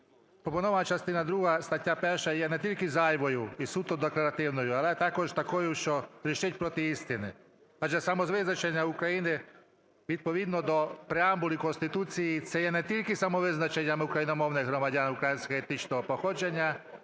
Пропонована частина друга статті 1 є не тільки зайвою і суто декларативною, але також такою, що грішить проти істини. Адже самовизначення України, відповідно до Преамбули Конституції, це є не тільки самовизначення україномовних громадян українського етнічного походження,